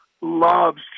loves